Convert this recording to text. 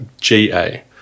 GA